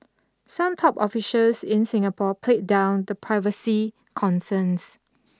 some top officials in Singapore played down the privacy concerns